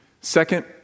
Second